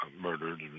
murdered